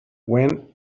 when